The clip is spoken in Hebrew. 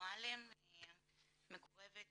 אני מטפלת